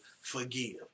forgive